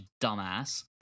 dumbass